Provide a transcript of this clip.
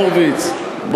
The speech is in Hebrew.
חבר הכנסת הורוביץ,